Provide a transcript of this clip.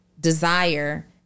desire